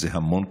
זה המון כסף,